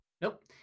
Nope